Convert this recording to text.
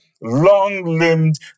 long-limbed